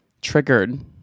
triggered